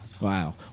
wow